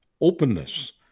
openness